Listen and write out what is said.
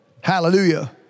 Hallelujah